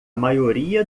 maioria